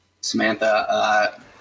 Samantha